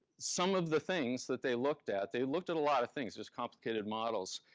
some of the things that they looked at, they looked at a lot of things, there's complicated models.